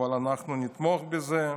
אבל אנחנו נתמוך בזה.